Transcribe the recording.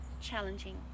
challenging